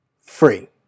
Free